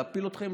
להפיל אתכם,